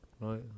Right